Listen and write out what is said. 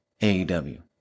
AEW